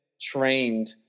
trained